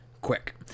quick